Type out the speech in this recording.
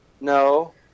no